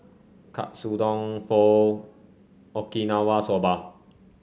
Katsudon Pho Okinawa Soba